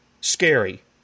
scary